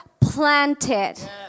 planted